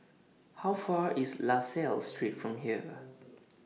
How Far away IS La Salle Street from here